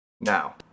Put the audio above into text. now